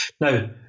Now